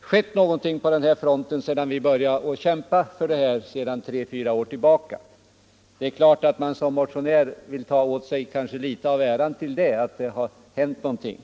skett någonting på den här fronten sedan vi för tre fyra år sedan började kämpa för saken. Det är klart att man som motionär vill ta åt sig litet av äran av att det hänt någonting.